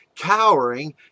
cowering